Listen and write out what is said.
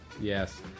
Yes